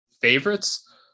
favorites